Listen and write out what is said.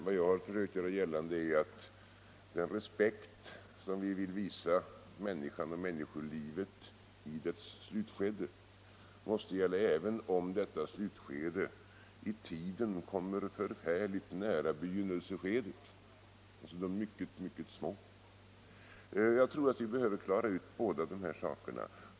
Vad jag försökt göra gällande är att den respekt vi vill visa människan och människolivet i dess slutskede måste gälla även om detta slutskede i tiden kommer förfärligt nära begynnelseskedet. Jag tror att vi behöver klara ut båda de här sakerna.